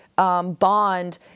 Bond